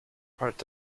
part